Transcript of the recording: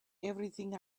everything